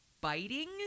biting